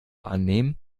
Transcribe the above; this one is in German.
annehmen